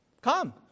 come